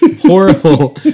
horrible